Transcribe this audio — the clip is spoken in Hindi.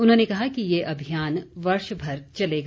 उन्होंने कहा कि यह अभियान वर्षभर चलेगा